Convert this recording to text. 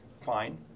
fine